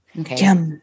Okay